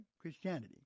Christianity